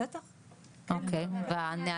היו חדרים אקוטיים בשנת 2003?